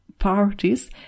parties